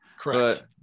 Correct